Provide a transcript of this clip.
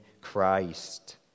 Christ